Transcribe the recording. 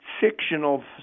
fictional